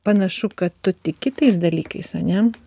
panašu kad tu tiki tais dalykais ane